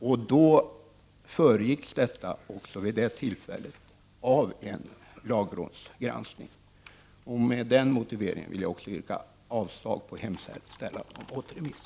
Beslutet föregicks vid det tillfället av en lagrådsgranskning. Med den motiveringen vill jag yrka avslag på hemställan om återremiss.